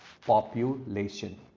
population